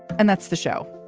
and that's the show.